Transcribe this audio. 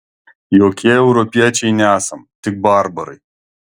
jokie europiečiai nesam tik barbarai